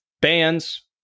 bands